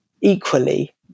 equally